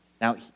Now